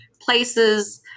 places